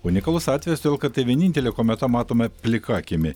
unikalus atvejis todėl kad tai vienintelė kometa matoma plika akimi